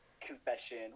confession